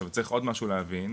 עכשיו צריך עוד משהו להבין,